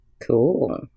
Cool